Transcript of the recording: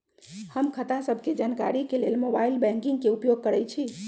हम खता सभके जानकारी के लेल मोबाइल बैंकिंग के उपयोग करइछी